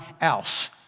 else